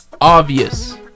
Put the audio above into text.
obvious